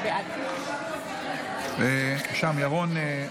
שם, ירון.